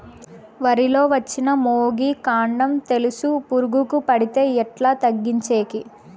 వరి లో వచ్చిన మొగి, కాండం తెలుసు పురుగుకు పడితే ఎట్లా తగ్గించేకి?